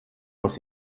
aus